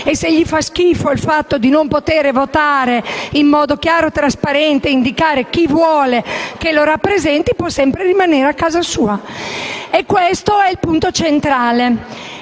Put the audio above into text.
e se gli fa schifo il fatto di non poter votare in modo chiaro e trasparente e indicare chi vuole che lo rappresenti, può sempre rimanere a casa sua. Questo è il punto centrale: